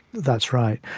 that's right.